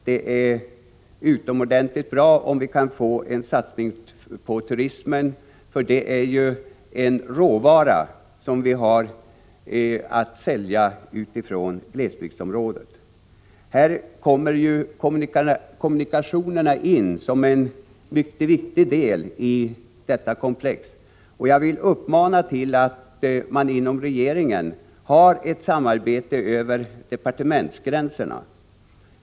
Det är utomordentligt bra om vi kan få en satsning på turismen, för det är ju en råvara som vi kan sälja från glesbygdsområdet. Här kommer kommunikationerna in som en mycket viktig del i komplexet. Jag vill uppmana regeringen att ha ett samarbete över departementsgränserna.